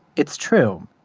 it's true.